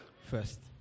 first